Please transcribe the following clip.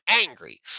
angry